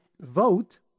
vote